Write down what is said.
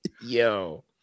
yo